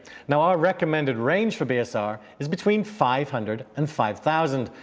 now, our recommended range for bsr is between five hundred and five thousand,